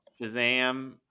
Shazam